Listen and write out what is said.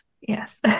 Yes